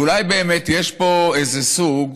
אולי באמת יש פה איזה סוג